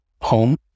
home